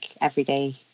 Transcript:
everyday